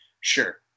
sure